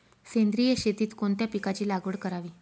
सेंद्रिय शेतीत कोणत्या पिकाची लागवड करावी?